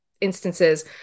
instances